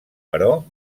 però